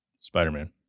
Spider-Man